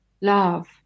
love